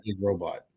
robot